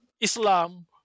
Islam